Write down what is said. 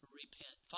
repent